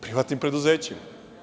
Privatnim preduzećima.